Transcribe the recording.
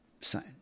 sign